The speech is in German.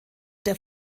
der